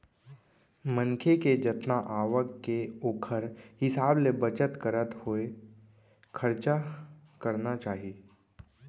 मनखे के जतना आवक के ओखर हिसाब ले बचत करत होय खरचा करना चाही